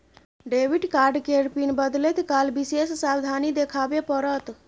debit card केर PIN बदलैत काल विशेष सावाधनी देखाबे पड़त